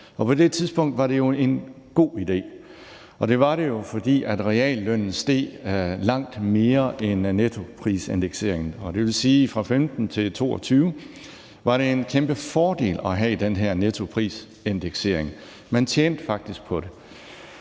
På det tidspunkt var det en god idé, og det var det jo, fordi reallønnen steg langt mere end nettoprisindekseringen, og det vil sige, at fra 2015 til 2022 var det en kæmpe fordel at have den her nettoprisindeksering – man tjente faktisk på det.